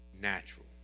natural